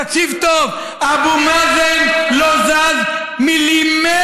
תקשיב טוב: אבו מאזן לא זז מילימטר.